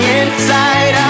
inside